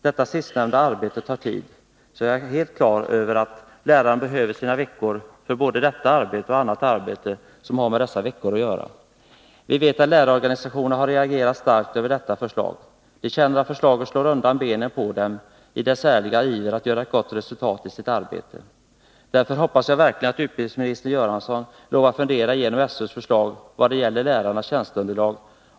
Detta sistnämnda arbete tar tid, och det är helt klart att lärarna behöver den tid det gäller både för detta och för annat arbete som har med dessa veckor att göra. Vi vet att lärarorganisationerna har reagerat starkt över SÖ:s förslag. De känner att förslaget slår undan benen på dem i deras ärliga iver att göra ett gott resultat i sitt arbete. Därför hoppas jag verkligen att utbildningsminister Göransson lovar att fundera igenom SÖ:s förslag i vad det gäller lärarnas tjänsteunderlag.